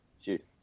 Shoot